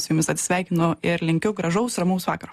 su jumis atsisveikinu ir linkiu gražaus ramaus vakaro